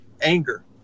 anger